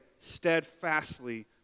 steadfastly